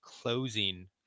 closing